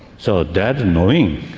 so ah that knowing,